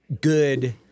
good